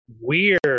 weird